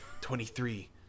twenty-three